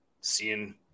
seeing